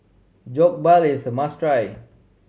jokbal is a must try